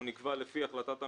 הוא נקבע לפי החלטת הממשלה.